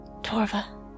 Torva